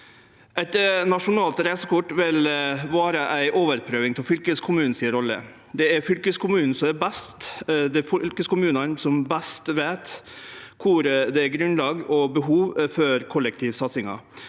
Eit nasjonalt reisekort vil vere ei overprøving av fylkeskommunen si rolle. Det er fylkeskommunane som best veit kor det er grunnlag og behov for kollektivsat